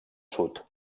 sud